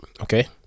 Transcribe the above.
okay